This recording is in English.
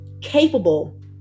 Capable